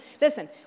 listen